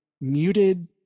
muted